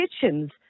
kitchens